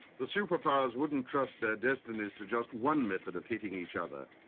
the superpowers wouldn't trust their destinies to just one method of hitting each other.